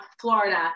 Florida